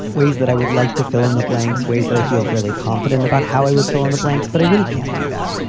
ways that i would like to fill in the blanks, ways that i feel fairly confident about how i would fill in the blanks, but i really can't do that.